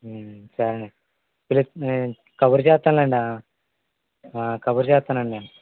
సరే అండి పిలు కబురు చేస్తానులెండి కబురు చేస్తానండి నేను